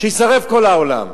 שיישרף כל העולם.